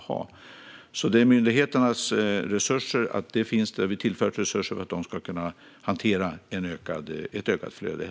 Vi har tillfört resurser till myndigheterna så att de kan hantera ett ökat flöde.